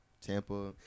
Tampa